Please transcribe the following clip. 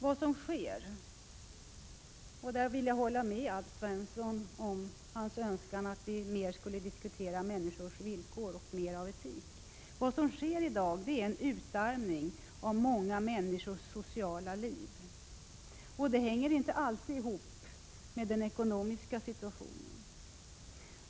Vad som sker är en utarmning av många människors sociala liv, och här vill jag hålla med Alf Svensson i hans önskan om att vi mer skulle diskutera människors villkor och etik. Utarmningen hänger inte alltid ihop med den ekonomiska situationen.